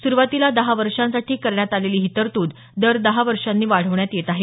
सुरुवातीला दहा वर्षांसाठी करण्यात आलेली ही तरतूद दर दहा वर्षांनी वाढवण्यात येत आहे